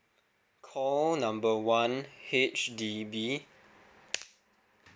call number one H_D_B